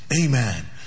Amen